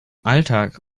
alltag